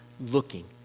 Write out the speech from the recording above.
looking